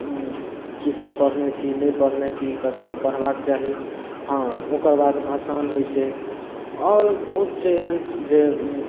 की सभ पढ़ने छी नहि पढ़ने छी एकरा सभके पढ़बाक चाही हॅं ओकर बाद भसान होइ छै आओर बहुत छै एहन जे